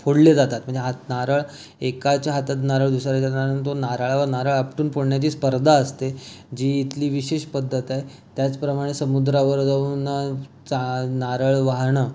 फोडले जातात म्हणजे हात नारळ एकाच्या हातात नारळ दुसऱ्याच्या नारळ आणि तो नारळाला नारळ आपटून फोडण्याची स्पर्धा असते जी इथली विशेष पद्धत आहे त्याचप्रमाणे समुद्रावर जाऊन चा नारळ वाहणं